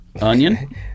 Onion